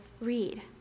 read